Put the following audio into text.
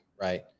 right